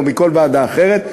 או מכל ועדה אחרת,